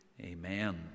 Amen